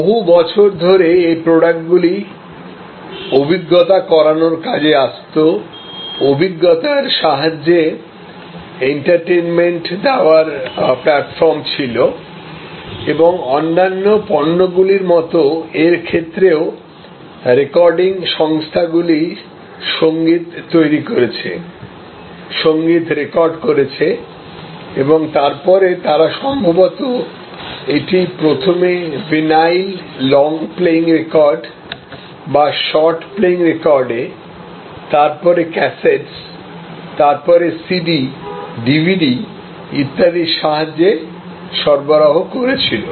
বহু বছর ধরে এই প্রডাক্টগুলি অভিজ্ঞতা করানোর কাজে আসত অভিজ্ঞতার সাহায্যে এন্টারটেইনমেন্ট দেওয়ার প্ল্যাটফর্ম ছিল এবং অন্যান্য পণ্যগুলির মতো এর ক্ষেত্রেও রেকর্ডিং সংস্থাগুলি সংগীত তৈরি করেছে সংগীত রেকর্ড করেছে এবং তারপরে তারা সম্ভবত এটি প্রথমে ভিনাইল লং প্লেইং রেকর্ডে বা শর্ট প্লেইং রেকর্ডে তারপরে ক্যাসেটস তারপরে সিডি ডিভিডি ইত্যাদির সাহায্যে সরবরাহ করেছিল